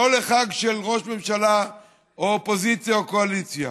לא חג של ראש ממשלה או אופוזיציה או קואליציה,